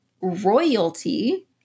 royalty